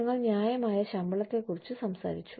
ഞങ്ങൾ ന്യായമായ ശമ്പളത്തെ കുറിച്ച് സംസാരിച്ചു